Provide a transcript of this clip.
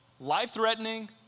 life-threatening